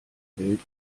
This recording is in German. welt